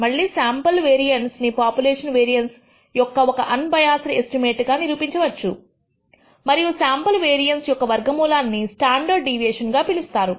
మళ్లీ sample variance ని population variance యొక్క ఒక అన్బయాస్డ్ ఎస్టిమేట్ గా నిరూపించవచ్చు మరియు శాంపుల్ వేరియన్స్ యొక్క వర్గ మూలాన్ని స్టాండర్డ్ డీవియేషన్ గా పిలుస్తారు